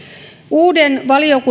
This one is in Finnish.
uuden valiokunnan